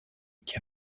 qui